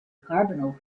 carbonyl